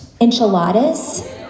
enchiladas